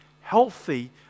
healthy